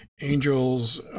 angels